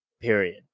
Period